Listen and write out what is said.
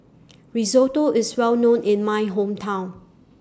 Risotto IS Well known in My Hometown